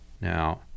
Now